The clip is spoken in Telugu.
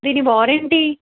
దీని వారంటీ